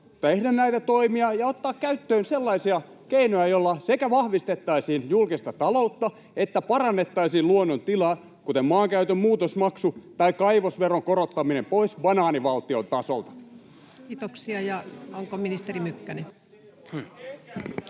tehdä näitä toimia ja ottaa käyttöön sellaisia keinoja, joilla sekä vahvistettaisiin julkista taloutta että parannettaisiin luonnon tilaa, kuten maankäytön muutosmaksu tai kaivosveron korottaminen pois banaanivaltion tasolta? [Speech 89] Speaker: Ensimmäinen